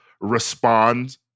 respond